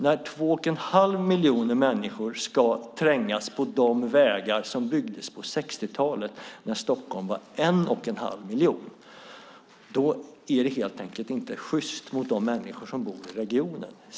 När 2 1⁄2 miljon människor ska trängas på de vägar som byggdes på 60-talet, när Stockholms invånarantal var 1 1⁄2 miljon, är det helt enkelt inte sjyst mot de människor som bor i regionen.